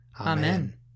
Amen